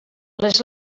les